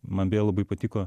man beje labai patiko